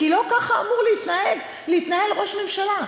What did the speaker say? כי לא ככה אמור להתנהל ראש ממשלה.